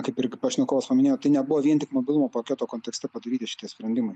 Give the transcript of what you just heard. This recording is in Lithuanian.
kaip ir pašnekovas paminėjo tai nebuvo vien tik mobilumo paketo kontekste padaryti šitie sprendimai